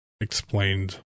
explained